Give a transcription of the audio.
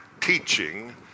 teaching